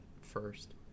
first